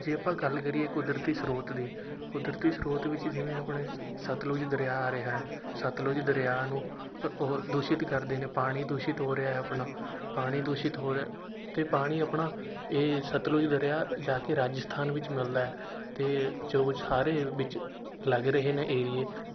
ਜੇ ਆਪਾਂ ਗੱਲ ਕਰੀਏ ਕੁਦਰਤੀ ਸਰੋਤ ਦੀ ਕੁਦਰਤੀ ਸਰੋਤ ਵਿੱਚ ਜਿਵੇਂ ਆਪਣੇ ਸਤਲੁਜ ਦਰਿਆ ਆ ਰਿਹਾ ਸਤਲੁਜ ਦਰਿਆ ਨੂੰ ਅ ਉਹ ਦੂਸ਼ਿਤ ਕਰਦੇ ਨੇ ਪਾਣੀ ਦੂਸ਼ਿਤ ਹੋ ਰਿਹਾ ਆਪਣਾ ਪਾਣੀ ਦੂਸ਼ਿਤ ਹੋ ਰਿਹਾ ਅਤੇ ਪਾਣੀ ਆਪਣਾ ਇਹ ਸਤਲੁਜ ਦਰਿਆ ਜਾ ਕੇ ਰਾਜਸਥਾਨ ਵਿੱਚ ਮਿਲਦਾ ਹੈ ਅਤੇ ਜੋ ਸਾਰੇ ਵਿੱਚ ਲੱਗ ਰਹੇ ਨੇ ਏਰੀਏ